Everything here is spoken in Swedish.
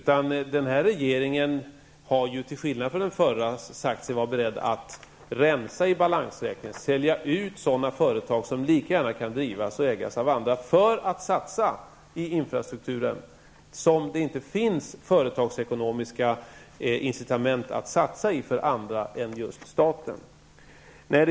Den nuvarande regeringen har, till skillnad från den förra, sagt sig vara beredd att rensa i balansräkningen genom att sälja ut de företag som lika gärna kan ägas och drivas av andra intressen. På det sättet kan man göra sådana satsningar i infrastrukturen som det inte finns företagsekonomiska incitament att göra för andra än för just staten.